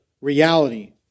reality